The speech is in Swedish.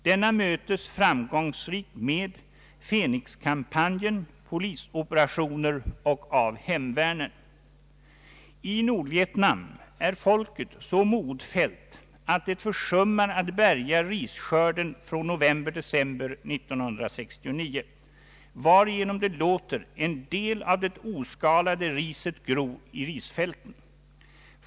Denna mötes framgångsrikt med ”Phoenixkampanjen”, polisoperationer och av hemvärnen. I Nordvietnam är folket så modfällt att det försummar att bärga risskörden från november—december 1969, varigenom det låter en del av det oskalade riset gro i risfälten.